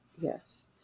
Yes